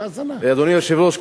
אדוני היושב-ראש,